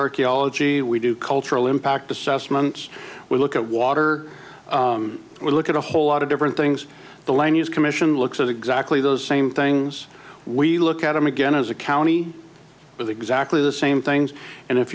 archaeology we do cultural impact assessments we look at water we look at a whole lot of different things the land use commission looks at exactly those same things we look at them again as a county with exactly the same things and if